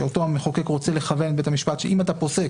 המחוקק רוצה לכוון את בית המשפט ולומר: אם אתה פוסק